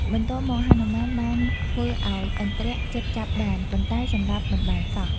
បន្ទាប់មកហនុមាន បានធ្វើ ឱ្យឥន្ទ្រជិតចាប់បាន ប៉ុន្តែសម្លាប់មិនបានសោះ។